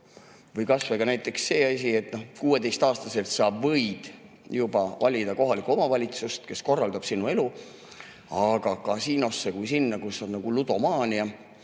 Või kas või näiteks see asi, et 16-aastaselt sa võid juba valida kohalikku omavalitsust, kes korraldab sinu elu, aga kasiinosse ehk sinna, kus [võib tekkida] ludomaania